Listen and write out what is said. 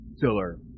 filler